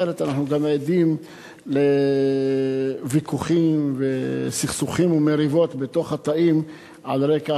אחרת אנחנו גם עדים לוויכוחים וסכסוכים ומריבות בתוך התאים על רקע